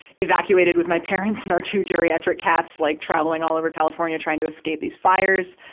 evacuated with my parents and our two geriatric cats. like, travelling all over california, trying to escape these fires.